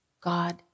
God